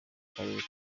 karere